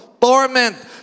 torment